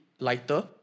lighter